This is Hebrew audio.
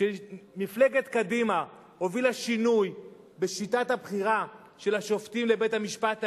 כשמפלגת קדימה הובילה שינוי בשיטת הבחירה של השופטים לבית-המשפט העליון,